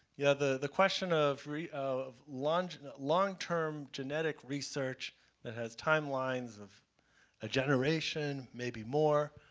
yeah the the question of of long long term genetic research that has timelines of a generation, maybe more,